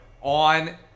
on